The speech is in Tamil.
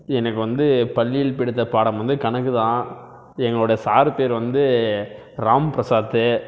எனக்கு வந்து பள்ளியில் பிடித்த பாடம் வந்து கணக்கு தான் எங்களோடய சார் பேயரு வந்து ராம் பிரசாத்து